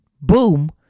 boom